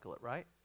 right